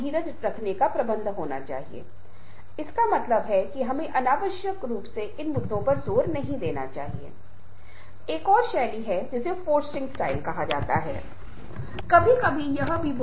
भरोसेमंद होने के नाते अब भरोसेमंद होने से स्पष्ट रूप से सुनने के कौशल की कड़ी बन जाती है बातचीत कौशल की बुनियादी बातों की आपकी समझ आपकी समझ दूसरों और सभी को प्रेरित करने की क्षमता बताती है